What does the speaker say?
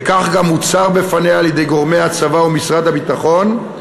וכך גם הוצהר בפניה על-ידי גורמי הצבא ומשרד הביטחון,